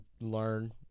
learn